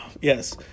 yes